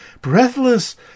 breathless